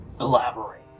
Elaborate